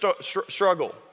struggle